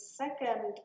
second